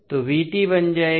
तो बन जाएगा